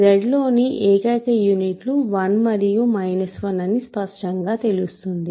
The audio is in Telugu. Z లోని ఏకైక యూనిట్ లు 1 మరియు 1 అని స్పష్టంగా తెలుస్తుంది